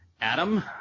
Adam